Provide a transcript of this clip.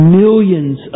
millions